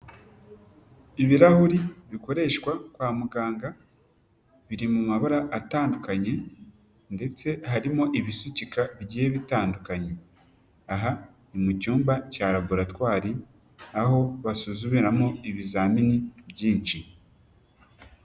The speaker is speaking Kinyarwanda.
Ibirahuri bikoreshwa kwa muganga, biri mu mabara atandukanye ndetse harimo ibisukika bigiye bitandukanye. Aha ni mu cyumba cya labaratwari aho basuzumiramo ibizamini byinshi.